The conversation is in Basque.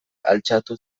altxatu